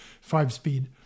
five-speed